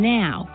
now